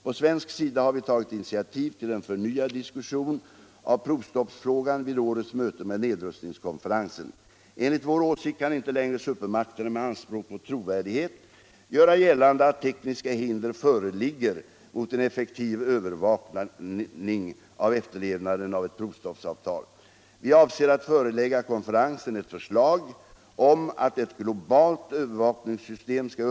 På svensk sida har vi tagit initiativ till en förnyad diskussion av provstoppsfrågan vid årets möte med nedrustningskonferensen. Enligt vår åsikt kan inte längre debatt och valutapolitisk debatt supermakterna med anspråk på trovärdighet göra gällande att tekniska hinder föreligger mot en effektiv övervakning av efterlevnaden av ett provstoppsavtal. Vi avser att förelägga konferensen ett förslag om att ett globalt övervakningssystem skal!